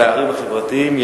הפערים החברתיים.